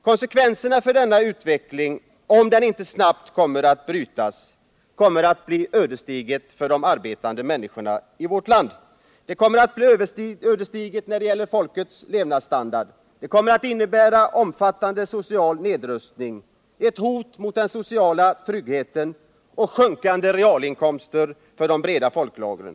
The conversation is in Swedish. Konsekvenserna av denna utveckling, om den inte snabbt kommer att brytas, blir ödesdigra för de arbetande människorna i vårt land när det gäller levnadsstandarden. De kommer att innebära omfattande social nedrustning, ett hot mot den sociala tryggheten och sjunkande realinkomster för de breda folklagren.